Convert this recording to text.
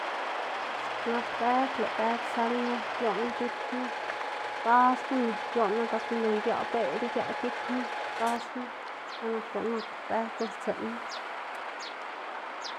Ziꞌk nak bëg lëꞌ bëg sënma gioꞌn gikma gasmana, gioꞌnu gak mbi ic̲h̲aꞌ beꞌd ic̲h̲aꞌ gikma, gaxma xka nak guꞌn nak bëg c̲h̲uꞌnnstsiꞌnma.